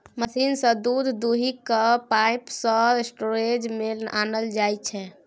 machine सँ दुध दुहि कए पाइप सँ स्टोरेज मे आनल जाइ छै